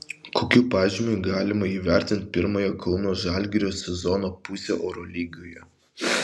kokiu pažymiu galima įvertinti pirmąją kauno žalgirio sezono pusę eurolygoje